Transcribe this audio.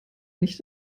nicht